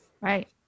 Right